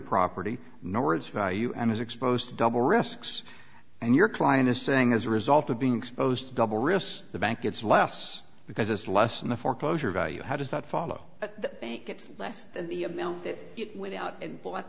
property nor its value and is exposed to double risks and your client is saying as a result of being exposed to double risks the bank gets less because it's less than the foreclosure value how does not follow the bank it's less than the amount that it went out and bought